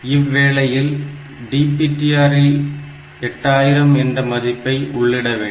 இவ்வேளையில் DPTR இல் 8000 என்ற மதிப்பை உள்ளிட வேண்டும்